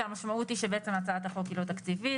המשמעות היא שהצעת החוק היא לא תקציבית.